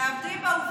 תעמדי בעובדות,